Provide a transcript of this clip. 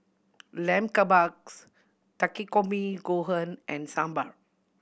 Lamb Kebabs Takikomi Gohan and Sambar